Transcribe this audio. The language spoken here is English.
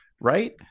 right